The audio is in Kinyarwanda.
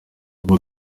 ubu